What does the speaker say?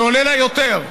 זה עולה לה יותר,